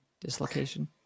dislocation